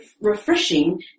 refreshing